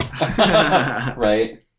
right